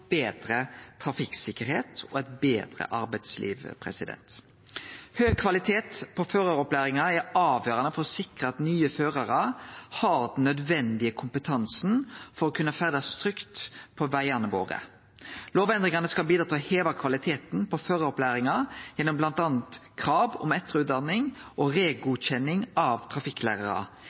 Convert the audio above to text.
betre trafikksikkerheit og eit betre arbeidsliv. Høg kvalitet på føraropplæringa er avgjerande for å sikre at nye førarar har den nødvendige kompetansen for å kunne ferdast trygt på vegane våre. Lovendringane skal bidra til å heve kvaliteten på føraropplæringa, gjennom bl.a. krav om etterutdanning og regodkjenning av trafikklærarar,